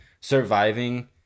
surviving